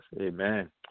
Amen